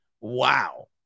Wow